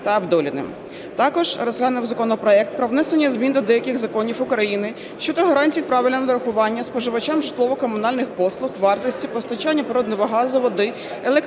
Також розглянув законопроект про внесення змін до деяких законів України щодо гарантій правильного нарахування споживачам житлово-комунальних послуг вартості постачання природного газу, води, електричної,